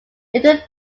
little